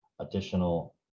additional